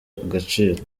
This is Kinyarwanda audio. agaciro